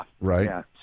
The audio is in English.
Right